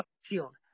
shield